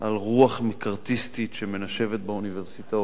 על רוח מקארתיסטית שמנשבת באוניברסיטאות.